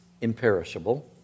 imperishable